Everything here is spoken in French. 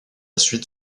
suite